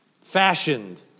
fashioned